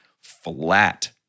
flat